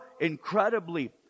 incredibly